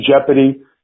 jeopardy